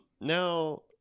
Now